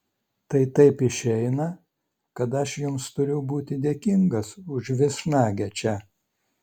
tai taip išeina kad aš jums turiu būti dėkingas už viešnagę čia